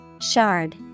Shard